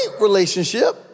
relationship